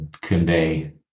convey